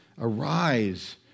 Arise